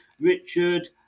Richard